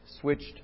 switched